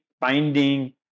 finding